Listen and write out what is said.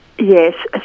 Yes